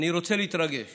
אני רוצה להתרגש